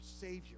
Savior